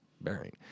bearing